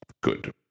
good